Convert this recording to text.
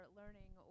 learning